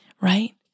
right